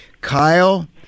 Kyle